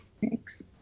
Thanks